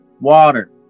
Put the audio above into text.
Water